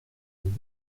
mille